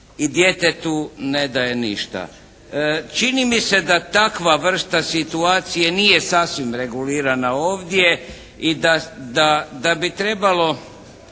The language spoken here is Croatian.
i djetetu ne daje ništa. Čini mi se da takva vrsta situacije nije sasvim regulirana ovdje i da bi trebalo